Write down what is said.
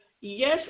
yes